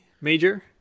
major